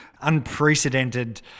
unprecedented